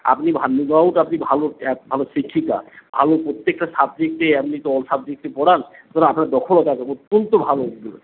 আপনি ভালো ভালো শিক্ষিকা আপনি প্রত্যেকটা ছাত্রীকে আপনি তো অল সাবজেক্টই পড়ান সুতরাং আপনার দখলতা আছে অত্যন্ত ভালো